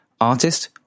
artist